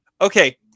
Okay